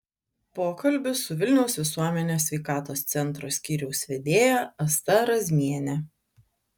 pokalbis su vilniaus visuomenės sveikatos centro skyriaus vedėja asta razmiene